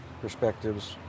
perspectives